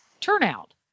turnout